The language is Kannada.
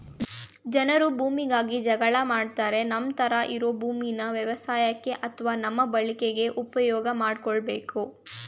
ಜನರು ಭೂಮಿಗಾಗಿ ಜಗಳ ಆಡ್ತಾರೆ ನಮ್ಮತ್ರ ಇರೋ ಭೂಮೀನ ವ್ಯವಸಾಯಕ್ಕೆ ಅತ್ವ ನಮ್ಮ ಬಳಕೆಗೆ ಉಪ್ಯೋಗ್ ಮಾಡ್ಕೋಬೇಕು